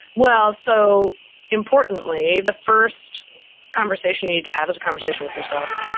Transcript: well, so importantly, the first conversation you need to have is a conversation with yourself.